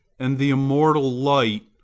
and the immortal light,